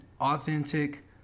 authentic